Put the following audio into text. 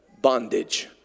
bondage